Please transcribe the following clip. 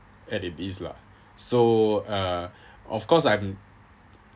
and it is lah so uh of course I'm